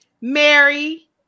Mary